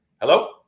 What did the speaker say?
Hello